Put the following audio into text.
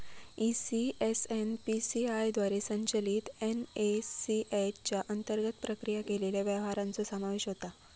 ECS NPCI द्वारे संचलित NACH च्या अंतर्गत प्रक्रिया केलेल्या व्यवहारांचो समावेश होता